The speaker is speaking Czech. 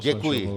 Děkuji.